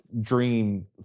dream